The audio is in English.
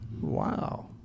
Wow